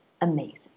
amazing